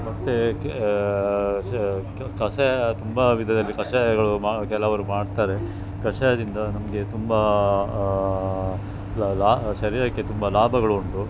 ಮತ್ತು ಕೆ ಷ ಕಷಾಯ ತುಂಬ ವಿಧದಲ್ಲಿ ಕಷಾಯಗಳು ಮಾ ಕೆಲವರು ಮಾಡ್ತಾರೆ ಕಷಾಯದಿಂದ ನಮಗೆ ತುಂಬ ಲಾ ಲಾ ಶರೀರಕ್ಕೆ ತುಂಬ ಲಾಭಗಳುಂಟು